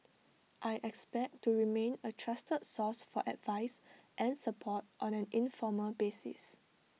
I expect to remain A trusted source for advice and support on an informal basis